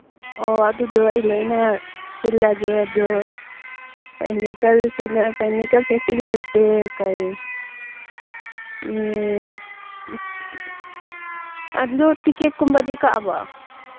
ꯑꯣ ꯑꯗꯨꯗꯣ ꯑꯩ ꯂꯣꯏꯅ ꯁꯤꯜꯂꯒꯦ ꯑꯗꯨ ꯄꯥꯏꯅꯦꯄꯜꯁꯤꯅ ꯄꯥꯏꯅꯦꯀꯜ ꯐꯦꯁꯇꯤꯚꯦꯜꯁꯦ ꯀꯔꯤ ꯑꯗꯨ ꯇꯤꯛꯀꯦꯠꯀꯨꯝꯕꯗꯤ ꯀꯛꯑꯕꯣ